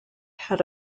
had